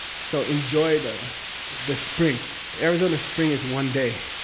so enjoy the the spring arizona spring is one day,